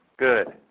Good